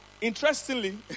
interestingly